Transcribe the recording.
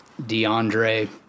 deandre